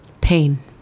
Pain